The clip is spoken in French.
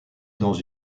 dans